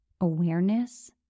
awareness